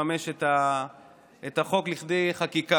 אתה רואה שם בתמונות את הילדים שרואים איך מקבלים שם רוצח,